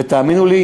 ותאמינו לי,